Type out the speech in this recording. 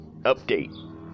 update